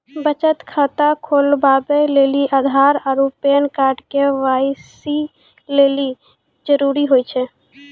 बचत खाता खोलबाबै लेली आधार आरू पैन कार्ड के.वाइ.सी लेली जरूरी होय छै